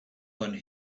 one